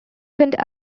kent